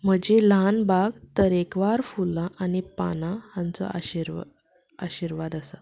म्हजी ल्हान बाग तर एक तरेकवार फुलां आनी पानां हांचो आशिर्वाद आशिर्वाद आसा